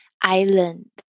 island